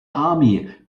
army